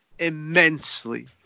immensely